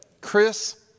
Chris